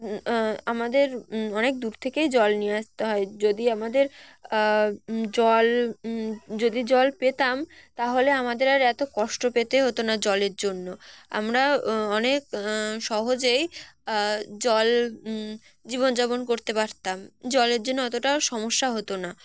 আমাদের অনেক দূর থেকেই জল নিয়ে আসতে হয় যদি আমাদের জল যদি জল পেতাম তাহলে আমাদের আর এত কষ্ট পেতে হতো না জলের জন্য আমরা অনেক সহজেই জল জীবনযাপন করতে পারতাম জলের জন্য অতটা সমস্যা হতো না